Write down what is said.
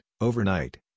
overnight